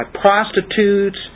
prostitutes